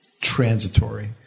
transitory